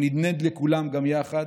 שנדנד לכולם גם יחד,